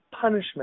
punishment